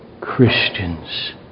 Christians